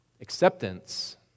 Acceptance